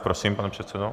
Prosím, pane předsedo.